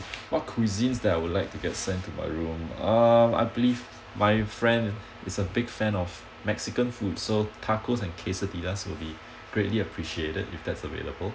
what cuisines that I would like to get sent to my room um I believe my friend is a big fan of mexican food so tacos and quesadillas will be greatly appreciated if that's available